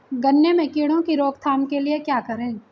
गन्ने में कीड़ों की रोक थाम के लिये क्या करें?